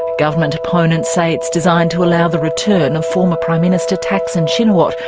government opponents say it's designed to allow the return of former prime minister thaksin shinawatra,